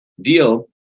deal